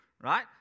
right